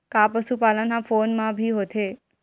का पशुपालन ह फोन म भी होथे?